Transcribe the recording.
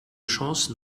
chancen